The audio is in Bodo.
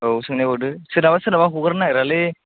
औ सोंनायबावदो सोरनाबा सोरनाबा हगारनो नागिरालै